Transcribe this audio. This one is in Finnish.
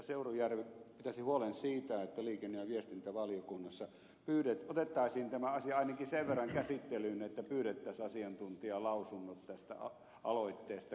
seurujärvi pitäisi huolen siitä että liikenne ja viestintävaliokunnassa otettaisiin tämä asia ainakin sen verran käsittelyyn että pyydettäisiin asiantuntijalausunnot tästä aloitteesta